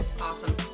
Awesome